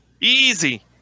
Easy